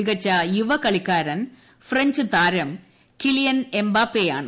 മികച്ചു യുവകളിക്കാരൻ ഫ്രഞ്ച് താരം കിലിയൻ എംബാപ്പെയാണ്